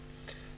יפה.